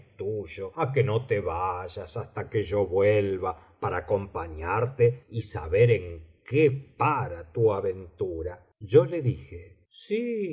tuyo á que no te vayas hasta que yo vuelva para acompañarte y saber en qué para tu aventura yo le dije sí